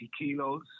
kilos